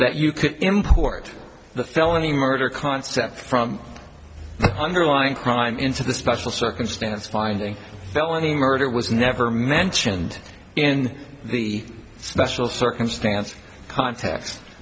that you could import the felony murder concept from the underlying crime into the special circumstance finding felony murder was never mentioned in the special circumstance conte